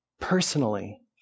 personally